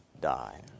die